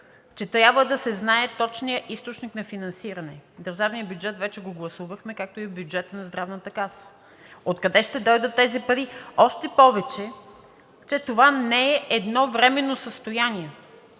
че трябва да се знае точният източник на финансиране. Държавният бюджет вече го гласувахме, както и бюджета на Здравната каса. Откъде ще дойдат тези пари? Още повече че това не е едно временно състояние.